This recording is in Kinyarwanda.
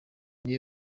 niwe